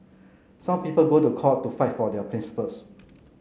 some people go to court to fight for their principles